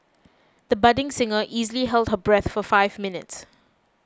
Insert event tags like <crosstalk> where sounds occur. the budding singer easily held her breath <noise> for five minutes